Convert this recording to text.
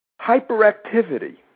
Hyperactivity